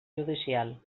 judicial